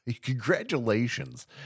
congratulations